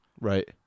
Right